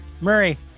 Murray